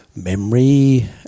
memory